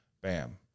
Bam